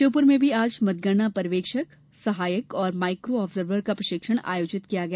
श्यौपुर में भी आज मतगणना पर्यवेक्षक सहायक और माइको आब्जर्वर का प्रशिक्षण आयोजित किया गया